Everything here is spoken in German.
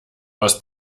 aus